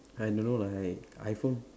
I don't know like iPhone